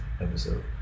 episode